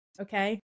Okay